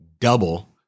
double